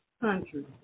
country